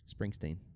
Springsteen